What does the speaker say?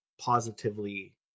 positively